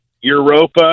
Europa